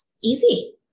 easy